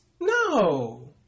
No